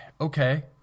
okay